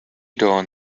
dawn